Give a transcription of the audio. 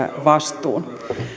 vastuun